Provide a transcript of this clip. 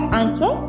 answer